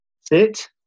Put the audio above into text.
sit